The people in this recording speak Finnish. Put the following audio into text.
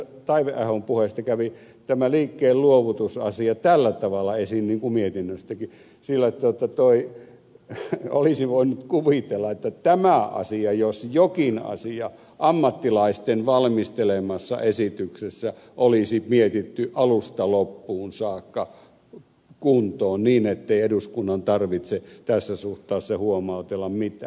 taiveahon puheesta kävi ilmi tämä liikkeenluovutusasia tällä tavalla esiin niin kuin mietinnöstäkin sillä olisi voinut kuvitella että tämä asia jos jokin olisi ammattilaisten valmistelemassa esityksessä mietitty alusta loppuun saakka kuntoon niin ettei eduskunnan tarvitse tässä suhteessa huomautella mitään